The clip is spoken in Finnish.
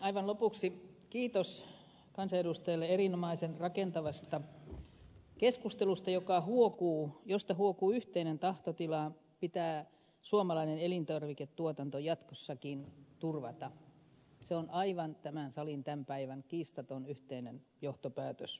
aivan lopuksi kiitos kansanedustajille erinomaisen rakentavasta keskustelusta josta huokuu yhteinen tahtotila pitää suomalainen elintarviketuotanto jatkossakin turvattuna se on aivan kiistaton tämän salin yhteinen johtopäätös